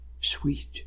sweet